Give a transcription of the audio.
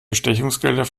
bestechungsgelder